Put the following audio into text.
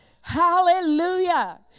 Hallelujah